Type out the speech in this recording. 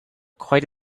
quite